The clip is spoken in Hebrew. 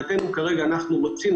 כרגע רוצים